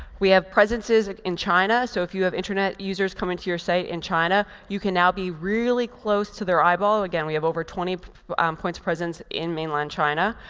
we have presences and in china. so if you have internet users coming to your site in china, you can now be really close to their eyeballs. again, we have over twenty points of presence in mainland china.